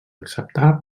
acceptar